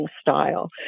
style